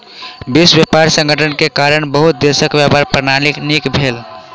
विश्व व्यापार संगठन के कारण बहुत देशक व्यापार प्रणाली नीक भेल